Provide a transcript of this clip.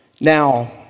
Now